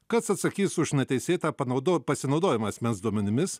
kas atsakys už neteisėtą panaudo pasinaudojimą asmens duomenimis